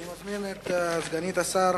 אני מזמין את סגנית השר